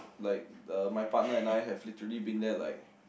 like uh my partner and I have literally being there like